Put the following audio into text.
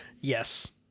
yes